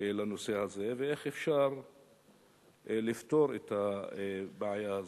לנושא הזה ואיך אפשר לפתור את הבעיה הזאת.